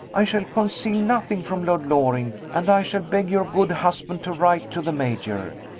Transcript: i shall conceal nothing from lord loring, and i shall beg your good husband to write to the major.